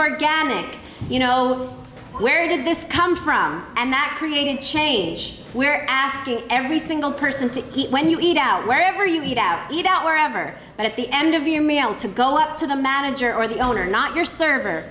organic you know where did this come from and that created change we're asking every single person to eat when you eat out wherever you eat out eat out wherever it's the end of your meal to go up to the matador the owner not your server